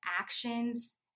actions